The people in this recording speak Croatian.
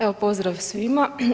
Evo pozdrav svima.